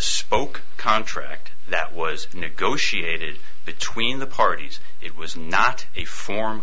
spoke contract that was negotiated between the parties it was not a for